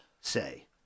say